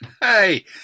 Hey